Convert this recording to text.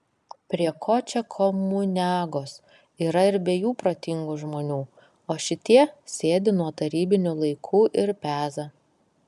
prie ko čia komuniagos yra ir be jų protingų žmonių o šitie sėdi nuo tarybinių laikų ir peza